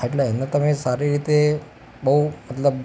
એટલે એને તમે સારી રીતે બહુ મતલબ